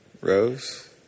Rose